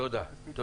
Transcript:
תודה.